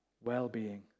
Well-being